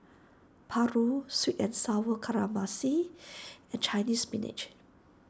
Paru Sweet and Sour Calamari and Chinese Spinach